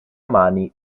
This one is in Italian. mani